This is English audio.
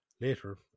Later